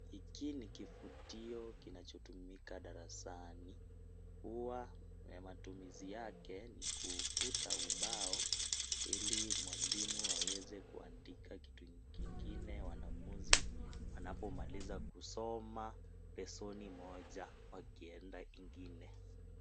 Hiki ni kifutio kinachotumika darasani huwa matumizi yake ni kufuta ubao ili mwalimu aweze kuandika kitu kingine wanafunzi wanapomaliza kusoma leseni moja wakienda kingine.